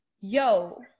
yo